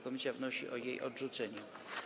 Komisja wnosi o jej odrzucenie.